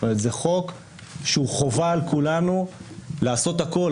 זה חוק שהוא חובה על כולנו לעשות הכול,